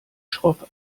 schroff